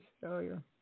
failure